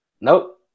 Nope